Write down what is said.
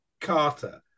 Carter